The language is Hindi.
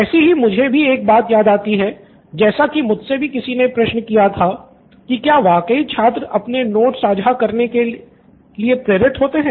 ऐसी ही मुझे भी एक बात याद आती है जैसा की मुझसे भी किसी ने प्रश्न किया था की क्या वाकई छात्र अपने नोट्स साझा करने को प्रेरित रहते हैं